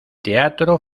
teatro